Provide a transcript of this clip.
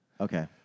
Okay